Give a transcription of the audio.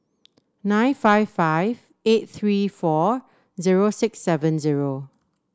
nine five five eight three four zero six seven zero